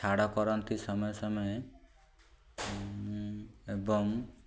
ଛାଡ଼ କରନ୍ତି ସମୟ ସମୟେ ଏବଂ